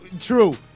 true